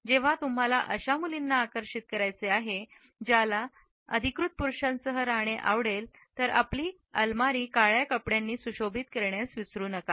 जेव्हा तुम्हाला अशा मुलींना आकर्षित करायचे आहे ज्याला अधिकृत पुरुषासह राहणे आवडेल तर आपली अलमारी काळ्या कपड्यांनी सुशोभित करण्यास विसरू नका